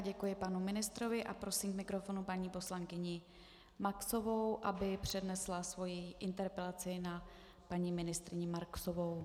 Děkuji panu ministrovi a prosím k mikrofonu paní poslankyni Maxovou, aby přednesla svoji interpelaci na paní ministryni Marksovou.